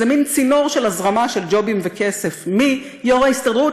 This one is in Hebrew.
זה מין צינור הזרמה של ג'ובים וכסף מיו"ר ההסתדרות